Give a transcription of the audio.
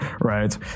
right